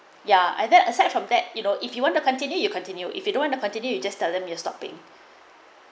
ya I that aside from that you know if you want to continue you continue if you don't want to continue you just tell them you're stopping